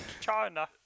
China